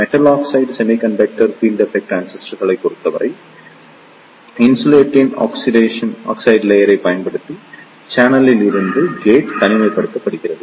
metal oxide semiconductor field effect டிரான்சிஸ்டர்களைப் பொறுத்தவரை insulating oxide லேயரைப் பயன்படுத்தி சேனலில் இருந்து கேட் தனிமைப்படுத்தப்படுகிறது